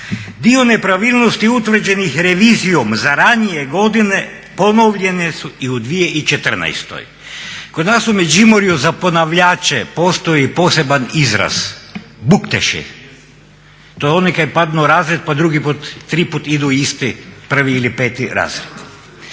Dio nepravilnosti utvrđenih revizijom za ranije godine ponovljene su i u 2014. Kod nas u Međimurju za ponavljače postoji poseban izraz "bukteše". To je onaj kaj padnu razred pa drugi put triput idu u isti prvi ili peti razred.